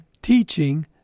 teaching